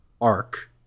arc